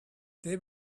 they